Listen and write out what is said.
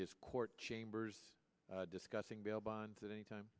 his court chambers discussing bail bonds at any time